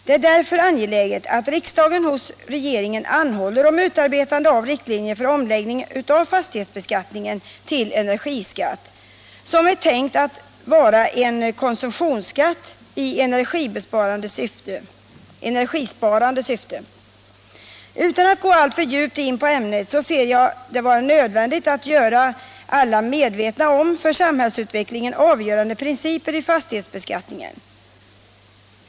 Det är därför angeläget att riksdagen hos regeringen anhåller om utarbetande av riktlinjer för omläggning av fastighetsbeskattningen till energiskatt, som är tänkt att vara en konsumtionsskatt i energisparande syfte. Utan att gå alltför djupt in på ämnet anser jag det vara nödvändigt att göra alla medvetna om för samhällsutvecklingen avgörande principer i fastighetsbeskattningen.